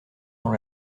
dans